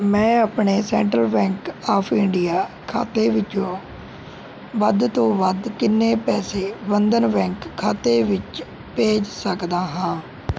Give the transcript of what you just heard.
ਮੈਂ ਆਪਣੇ central bank of India ਖਾਤੇ ਵਿੱਚੋਂ ਵੱਧ ਤੋਂ ਵੱਧ ਕਿੰਨੇ ਪੈਸੇ ਬੰਧਨ ਬੈਂਕ ਖਾਤੇ ਵਿੱਚ ਭੇਜ ਸਕਦਾ ਹਾਂ